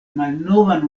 malnovan